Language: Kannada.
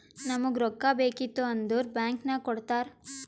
ನಮುಗ್ ರೊಕ್ಕಾ ಬೇಕಿತ್ತು ಅಂದುರ್ ಬ್ಯಾಂಕ್ ನಾಗ್ ಕೊಡ್ತಾರ್